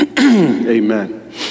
Amen